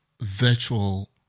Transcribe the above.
virtual